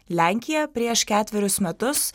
lenkija prieš ketverius metus